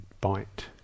bite